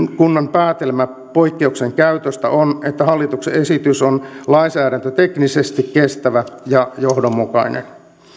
päätelmä poikkeuksen käytöstä on että hallituksen esitys on lainsäädäntöteknisesti kestävä ja johdonmukainen